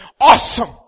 Awesome